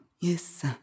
Yes